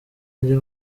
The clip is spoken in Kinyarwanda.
njye